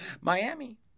Miami